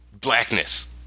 blackness